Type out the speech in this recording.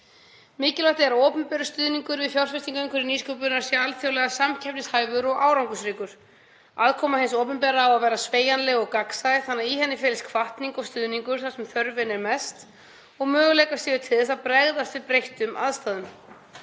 Mikilvægt er að opinber stuðningur við fjárfestingarumhverfi nýsköpunar sé alþjóðlega samkeppnishæfur og árangursríkur. Aðkoma hins opinbera á að vera sveigjanleg og gagnsæ þannig að í henni felist hvatning og stuðningur þar sem þörfin er mest og möguleikar séu til að bregðast við breyttum aðstæðum.